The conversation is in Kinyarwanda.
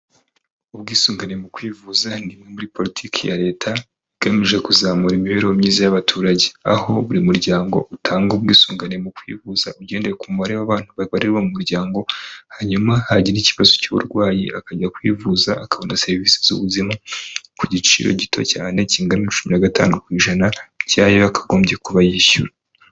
Ubwisungane mu kwivuza, ni imwe muri politiki ya leta igamije kuzamura imibereho myiza y'abaturage, aho buri muryango utanga ubwisungane mu kwivuza ugendeye ku mubare w'abantu babarirwa mu muryango, hanyuma hagira ikibazo cy'uburwayi akajya kwivuza akabona serivisi z'ubuzima ku giciro gito cyane kingana na cumi na gatanu ku ijana cy'ayo yakagombye kuba yishyura.